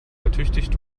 ertüchtigt